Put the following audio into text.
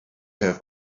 have